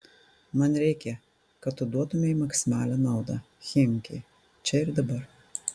man reikia kad tu duotumei maksimalią naudą chimki čia ir dabar